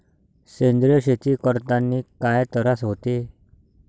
सेंद्रिय शेती करतांनी काय तरास होते?